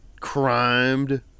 crimed